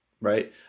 right